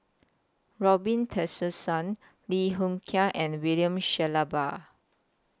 Robin Tessensohn Lim Hng Kiang and William Shellabear